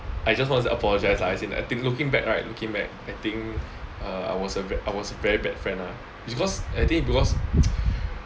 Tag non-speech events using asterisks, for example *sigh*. I just want to apologise lah as in I think looking back right looking back I think uh I was I I was very bad friend lah because I think because *noise*